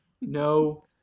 No